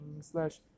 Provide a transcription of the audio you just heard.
slash